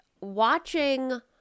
watching